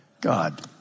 God